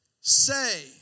say